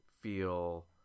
feel